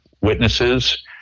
witnesses